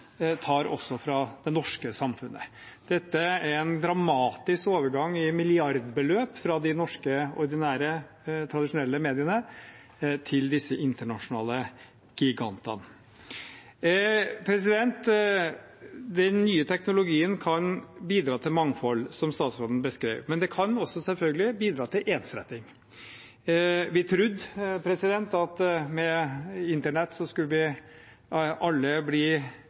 tar også fra det norske samfunnet. Dette er en dramatisk overgang i milliardbeløp, fra de norske, ordinære, tradisjonelle mediene til disse internasjonale gigantene. Den nye teknologien kan bidra til mangfold, som statsråden beskrev, men den kan også selvfølgelig bidra til ensretting. Vi trodde at med internett skulle vi alle bli